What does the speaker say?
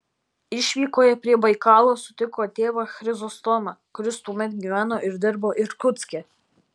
išvykoje prie baikalo sutiko tėvą chrizostomą kuris tuomet gyveno ir dirbo irkutske